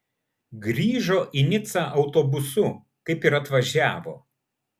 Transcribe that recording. grįžo į nicą autobusu kaip ir atvažiavo